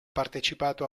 partecipato